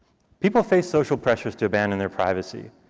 people face social pressures to abandon their privacy.